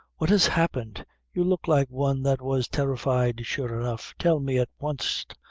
what has happened you look like one that was terrified, sure enough. tell me, at wanst,